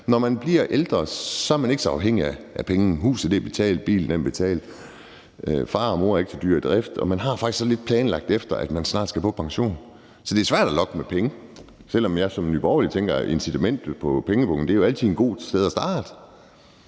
når man bliver ældre, er man ikke så afhængig af penge. Huset er betalt, bilen er betalt, far og mor er ikke så dyre i drift, og man har faktisk planlagt lidt efter, at man snart skal på pension. Så det er svært at lokke med penge, selv om jeg som medlem af Nye Borgerlige tænker, at incitamentet i forhold til pengepungen altid er et godt sted at starte.